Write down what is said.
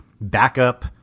backup